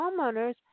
homeowners